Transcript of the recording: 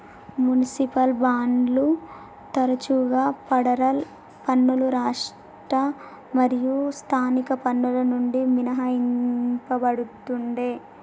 municipal బాండ్లు తరచుగా federal పన్నులు రాష్ట్ర మరియు స్థానిక పన్నుల నుండి మినహాయించబడతుండే